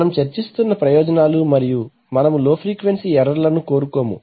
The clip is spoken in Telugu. మనము చర్చిస్తున్న ప్రయోజనాలు మరియు మనము లో ఫ్రీక్వెన్సీ ఎర్రర్ లను కోరుకోము